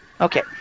Okay